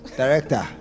director